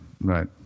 Right